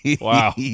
Wow